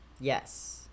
yes